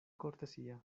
cortesía